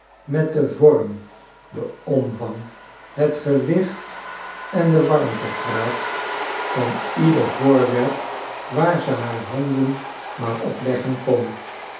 met den vorm den omvang het gewicht en den warmtegraad van ieder yoorwerp waar ze haar handen maar op leggen kon